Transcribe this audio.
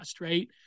right